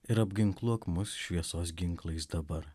ir apginkluok mus šviesos ginklais dabar